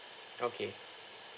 okay